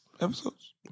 episodes